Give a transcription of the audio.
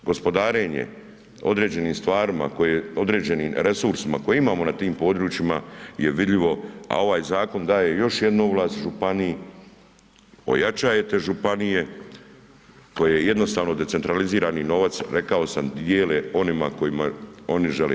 Gospodarenje određenim stvarima koje, određenim resursima koje imamo na tim područjima je vidljivo, a ovaj zakon daje još jednu ovlast županiji, ojačajete županije koje jednostavno decentralizirani novac, rekao sam dijele onima kojima oni žele.